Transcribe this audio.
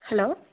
hello